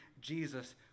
Jesus